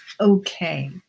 Okay